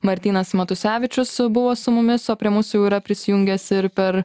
martynas matusevičius buvo su mumis o prie mūsų jau yra prisijungęs ir per